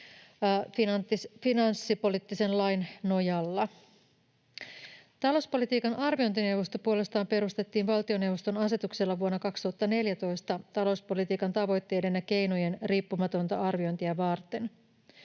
finanssipoliittisen lain nojalla. Talouspolitiikan arviointineuvosto puolestaan perustettiin valtioneuvoston asetuksella vuonna 2014 talouspolitiikan tavoitteiden ja keinojen riippumatonta arviointia varten.